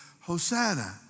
Hosanna